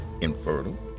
infertile